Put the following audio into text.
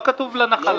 לא כתוב בצמוד לנחלה.